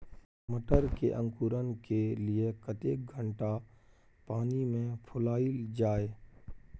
मटर के अंकुरण के लिए कतेक घंटा पानी मे फुलाईल जाय?